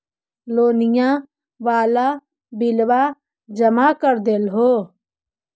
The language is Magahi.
लोनिया वाला बिलवा जामा कर देलहो?